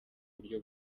buryo